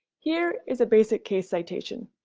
here is a basic case citation.